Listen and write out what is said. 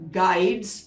guides